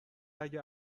اگه